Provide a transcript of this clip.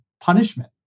punishment